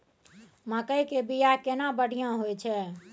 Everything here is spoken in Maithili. मकई के बीया केना बढ़िया होय छै?